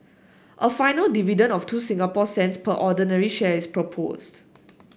a final dividend of two Singapore cents per ordinary share is proposed